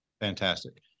Fantastic